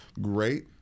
great